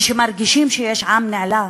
כשמרגישים שיש עם נעלה,